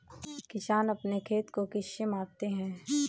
किसान अपने खेत को किससे मापते हैं?